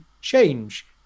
change